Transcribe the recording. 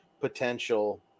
potential